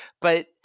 But-